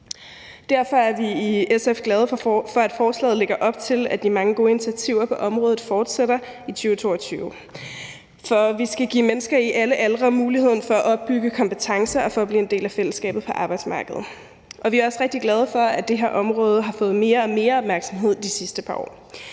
Derfor er vi i SF glade for, at forslaget lægger op til, at de mange gode initiativer på området fortsætter i 2022. For vi skal give mennesker i alle aldre muligheden for at opbygge kompetencer og for at blive en del af fællesskabet på arbejdsmarkedet. Vi er også rigtig glade for, at det her område har fået mere og mere opmærksomhed de sidste par år,